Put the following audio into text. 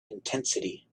intensity